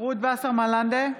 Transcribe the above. רות וסרמן לנדה,